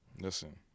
Listen